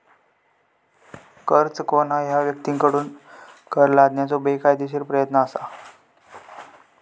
कर चुकवणा ह्या व्यक्तींकडसून कर लादण्याचो बेकायदेशीर प्रयत्न असा